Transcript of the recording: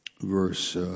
verse